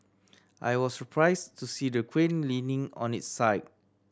I was surprised to see the crane leaning on its side